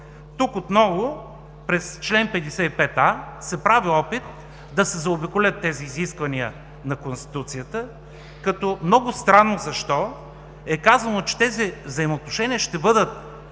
Тук отново чрез чл. 55а се прави опит да се заобиколят тези изисквания на Конституцията. Много странно защо е казано, че тези взаимоотношения ще бъдат